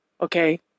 Okay